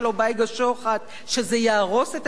שזה יהרוס את הכלכלה הישראלית,